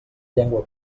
llengua